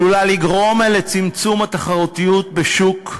עלולה לגרום לצמצום התחרותיות בשוק,